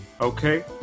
okay